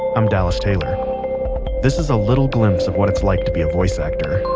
i'm dallas taylor this is a little glimpse of what it's like to be a voice actor